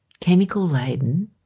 chemical-laden